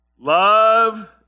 Love